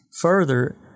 Further